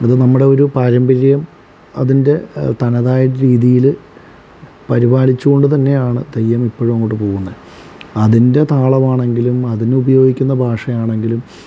അത് നമ്മുടെ ഒരു പാരമ്പര്യം അതിൻ്റെ തനതായ രീതിയില് പരിപാലിച്ച് കൊണ്ട് തന്നെയാണ് തെയ്യം ഇപ്പഴും അങ്ങോട്ട് പോകുന്നത് അതിൻ്റെ താളം ആണെങ്കിലും അതിന് ഉപയോഗിക്കുന്ന ഭാഷയാണെങ്കിലും